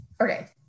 okay